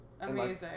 Amazing